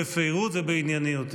בפירוט ובענייניות.